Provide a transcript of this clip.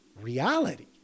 reality